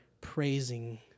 praising